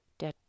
der